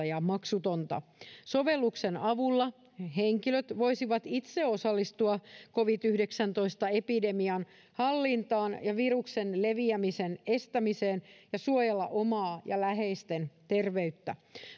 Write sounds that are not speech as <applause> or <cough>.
<unintelligible> ja maksutonta sovelluksen avulla henkilöt voisivat itse osallistua covid yhdeksäntoista epidemian hallintaan ja viruksen leviämisen estämiseen ja voisivat suojella omaa ja läheisten terveyttä